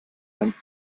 ein